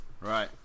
right